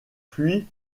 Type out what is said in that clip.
puis